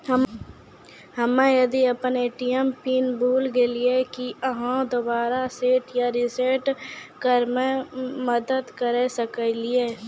हम्मे यदि अपन ए.टी.एम पिन भूल गलियै, की आहाँ दोबारा सेट या रिसेट करैमे मदद करऽ सकलियै?